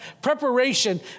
preparation